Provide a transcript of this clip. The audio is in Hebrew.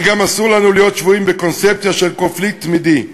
אך גם אסור לנו להיות שבויים בקונספציה של קונפליקט תמידי.